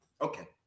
Okay